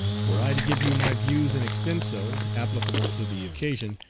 were i to give you my views in extenso, applicable to the occasion,